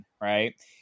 Right